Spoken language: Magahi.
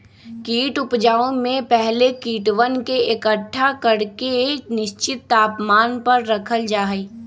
कीट उपजाऊ में पहले कीटवन के एकट्ठा करके निश्चित तापमान पर रखल जा हई